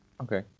Okay